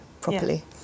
properly